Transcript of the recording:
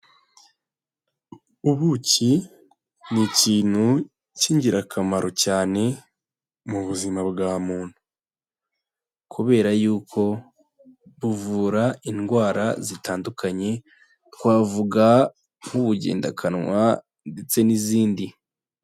Ubuki ni ikintu cy'ingirakamaro cyane mu buzima bwa muntu, kubera y'uko buvura indwara zitandukanye, twavuga nk'ubugendakanwa ndetse n'izindi.